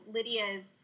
Lydia's